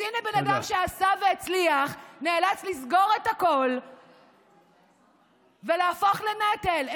אז הינה בן אדם שעשה והצליח ונאלץ לסגור את הכול ולהפוך לנטל.